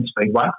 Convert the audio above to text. Speedway